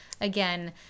again